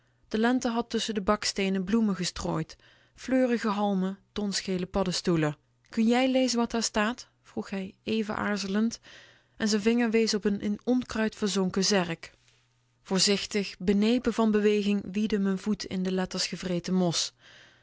de lente had tusschen de baksteenen bloemen gestrooid fleurige halmen donsgele paddestoelen kun jij lezen wat daar staat vroeg hij even aarzelend en z'n vinger wees n in onkruid verzonken zerk voorzichtig benepen van beweging wiedde m'n voet t in de letters gevreten mos